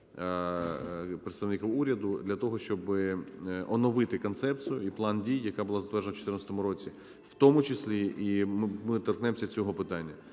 представників уряду для того, щоб оновити концепцію і план дій, яка була затверджена в 2014 році, в тому числі ми торкнемося і цього питання.